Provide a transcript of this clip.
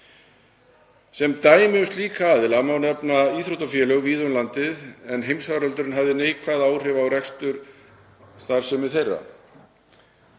Sem dæmi um slíka aðila má nefna íþróttafélög víða um land en heimsfaraldurinn hafði neikvæð áhrif á rekstur og starfsemi þeirra.